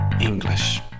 English